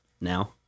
Now